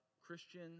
Christian